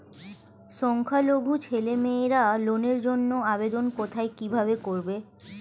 সংখ্যালঘু ছেলেমেয়েরা লোনের জন্য আবেদন কোথায় কিভাবে করবে?